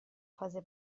fase